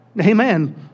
Amen